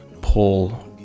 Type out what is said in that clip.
pull